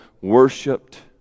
worshipped